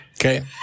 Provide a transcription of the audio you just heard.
Okay